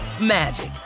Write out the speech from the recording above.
magic